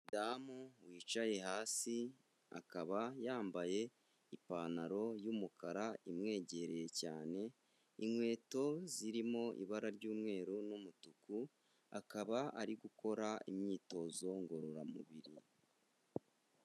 Umudamu wicaye hasi akaba yambaye ipantaro y'umukara imwegereye cyane, inkweto zirimo ibara ry'umweru n'umutuku, akaba ari gukora imyitozo ngororamubiri.